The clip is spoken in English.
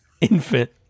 infant